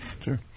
Sure